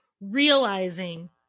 realizing